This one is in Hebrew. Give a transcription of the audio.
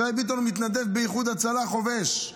ישראל ביטון הוא מתנדב באיחוד הצלה, חובש.